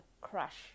crush